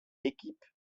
équipe